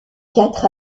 quatre